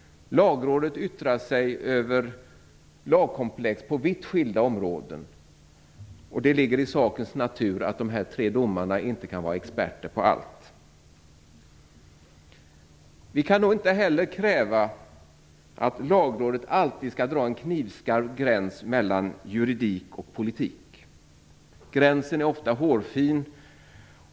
Lagrådet yttrar sig över lagkomplex på vitt skilda områden. Det ligger i sakens natur att de tre domarna inte kan vara experter på allt. Vi kan inte heller kräva att Lagrådet alltid skall dra en knivskarp gräns mellan juridik och politik. Gränsen är ofta hårfin.